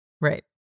right